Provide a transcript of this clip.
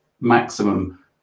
maximum